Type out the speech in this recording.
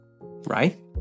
right